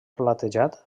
platejat